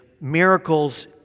miracles